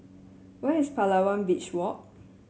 where is Palawan Beach Walk